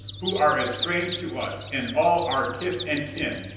who are as strange to us and all our kith and kin,